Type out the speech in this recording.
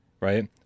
right